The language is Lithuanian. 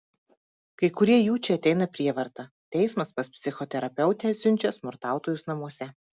kai kurie jų čia ateina prievarta teismas pas psichoterapeutę siunčia smurtautojus namuose